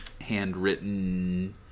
handwritten